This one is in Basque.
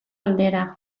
aldera